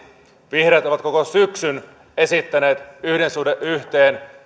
vihreät ovat koko syksyn esittäneet yhden suhde yhteen